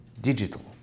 digital